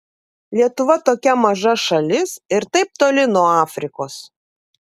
lietuva tokia maža šalis ir taip toli nuo afrikos